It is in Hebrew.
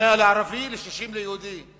100 לערבי, 60 ליהודי.